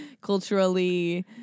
culturally